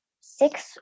six